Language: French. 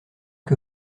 que